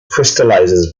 crystallizes